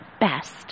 best